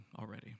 already